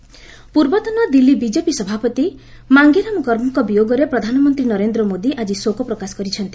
PM Garg ପୂର୍ବତନ Delhi BJP ସଭାପତି ମାଙ୍ଗେରାମ ଗର୍ଗଙ୍କ ବିୟୋଗରେ ପ୍ରଧାନମନ୍ତ୍ରୀ ନରେନ୍ଦ୍ର ମୋଦି ଆଜି ଶୋକପ୍ରକାଶ କରିଛନ୍ତି